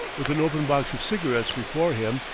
with an open box of cigarettes before him,